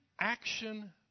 action